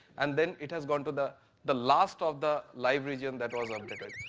and then it has gone to the the last of the live region that was updated.